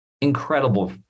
incredible